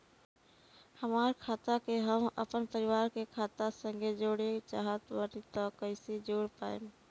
हमार खाता के हम अपना परिवार के खाता संगे जोड़े चाहत बानी त कईसे जोड़ पाएम?